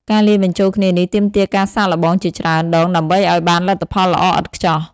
ការលាយបញ្ចូលគ្នានេះទាមទារការសាកល្បងជាច្រើនដងដើម្បីឱ្យបានលទ្ធផលល្អឥតខ្ចោះ។